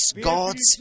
God's